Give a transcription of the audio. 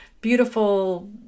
beautiful